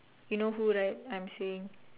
you know who right I'm saying